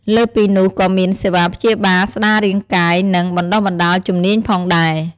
លើសពីនោះក៏មានសេវាព្យាបាលស្ដាររាងកាយ និង បណ្តុះបណ្ដាលជំនាញផងដែរ។